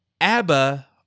abba